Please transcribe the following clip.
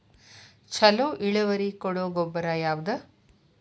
ಛಲೋ ಇಳುವರಿ ಕೊಡೊ ಗೊಬ್ಬರ ಯಾವ್ದ್?